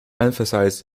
emphasize